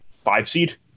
five-seed